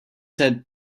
head